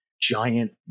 giant